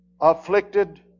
afflicted